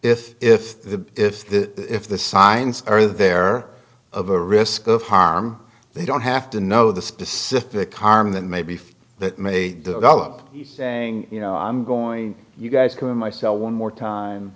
if if the if the if the signs are there of a risk of harm they don't have to know the specific harm that may be for that may develop saying you know i'm going you guys come in my cell one more time